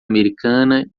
americana